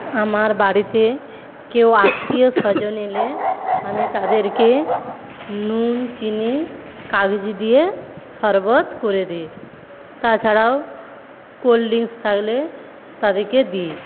আমার বাড়িতে কেউ আত্মীয় স্বজন এলে আমি তাদেরকে নুন চিনি কাগজি দিয়ে সরবত করে দিই তাছাড়াও কোল্ড ড্রিকংস থাকলে তাদেরকে দিই